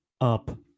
up